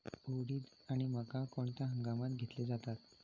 उडीद आणि मका कोणत्या हंगामात घेतले जातात?